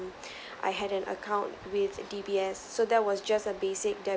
I had an account with D_B_S so that was just a basic that